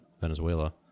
Venezuela